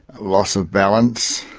loss of balance,